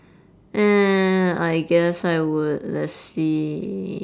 eh I guess I would let's see